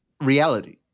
reality